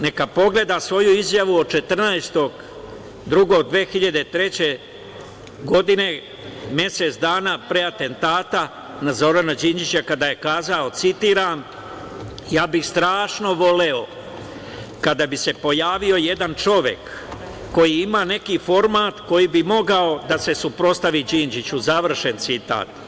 Neka pogleda svoju izjavu od 14. februara 2003. godine, mesec dana pre atentata na Zorana Đinđića kada je rekao, citiram – ja bih strašno voleo kada bi se pojavio jedan čovek koji ima neki format koji bi mogao da se suprotstavi Đinđiću, završen citat.